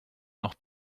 noch